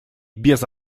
без